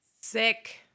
Sick